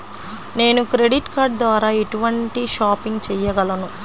నేను credit card ద్వార ఎటువంటి షాపింగ్ చెయ్యగలను?